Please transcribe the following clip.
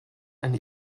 eine